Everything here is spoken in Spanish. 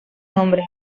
nombre